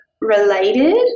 related